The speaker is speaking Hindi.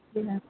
बिना